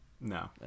No